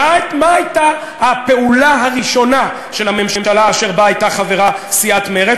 אבל מה הייתה הפעולה הראשונה של הממשלה שבה הייתה חברה סיעת מרצ,